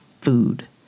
food